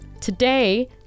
Today